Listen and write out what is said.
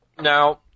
Now